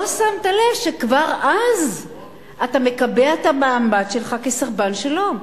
לא שמת לב שכבר אז אתה מקבע את המעמד שלך כסרבן שלום.